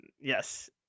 yes